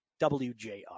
WJR